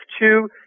two